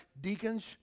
deacons